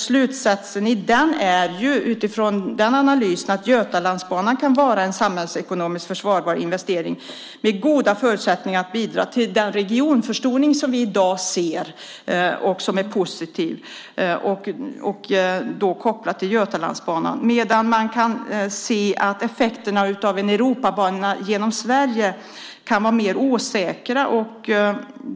Slutsatsen av den analysen är att Götalandsbanan kan vara en samhällsekonomiskt försvarbar investering med goda förutsättningar att bidra till den regionförstoring som vi i dag ser och som är positiv. Däremot kan man se att effekterna av en Europabana genom Sverige är mer osäkra.